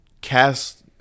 cast